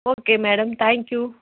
okay madam thank you